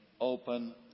open